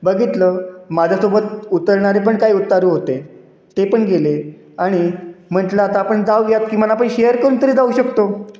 बघितलं माझ्यासोबत उतरणारे पण काय उतारू होते ते पण गेले आणि म्हटलं आता आपण जाऊयात किमान आपण शेअर करून तरी जाऊ शकतो